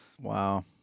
Wow